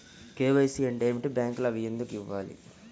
KYC అంటే ఏమిటి? బ్యాంకులో అవి ఎందుకు ఇవ్వాలి?